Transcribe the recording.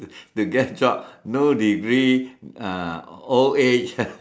the guess job no degree uh old age